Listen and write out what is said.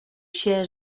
się